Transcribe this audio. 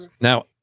Now